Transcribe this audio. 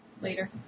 Later